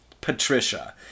Patricia